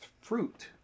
fruit